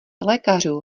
lékařů